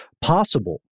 possible